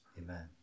Amen